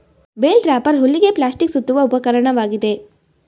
bale wrapper ಹುಲ್ಲಿಗೆ plastic ಸುತ್ತುವ ಉಪಕರಣವಾಗಿದೆ